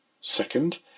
Second